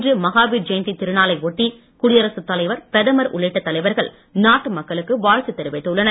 இன்று மகாவீர் ஜெயந்தி திருநாளை ஒட்டி குடியரசுத் தலைவர் பிரதமர் உள்ளிட்ட தலைவர்கள் நாட்டு மக்களுக்கு வாழ்த்து தெரிவித்துள்ளனர்